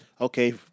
Okay